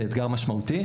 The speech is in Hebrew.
זה אתגר משמעותי.